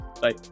Bye